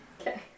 Okay